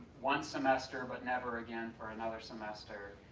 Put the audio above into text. one semester, but never again for another semester,